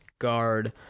guard